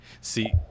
see